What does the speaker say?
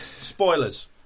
spoilers